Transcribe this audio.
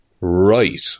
Right